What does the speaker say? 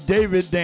David